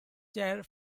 chair